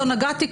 לא נגעתי,